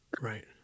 Right